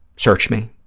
searched me,